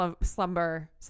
slumber